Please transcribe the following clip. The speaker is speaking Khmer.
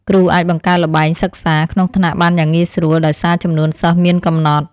គ្រូអាចបង្កើតល្បែងសិក្សាក្នុងថ្នាក់បានយ៉ាងងាយស្រួលដោយសារចំនួនសិស្សមានកំណត់។